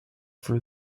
for